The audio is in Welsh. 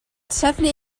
trefnu